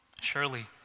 Surely